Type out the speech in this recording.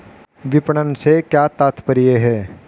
विपणन से क्या तात्पर्य है?